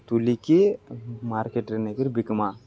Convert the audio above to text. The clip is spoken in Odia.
ତୁଲିକି ମାର୍କେଟ୍ରେ ନେଇକରି ବିକ୍ମା